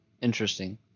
Interesting